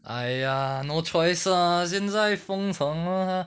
!aiya! no choice lah 现在封城 lah